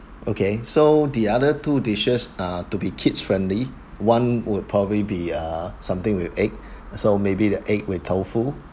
okay so the other two dishes are to be kids friendly one would probably be a something with egg so maybe the egg with tofu